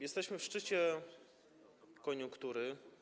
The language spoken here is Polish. Jesteśmy w szczycie koniunktury.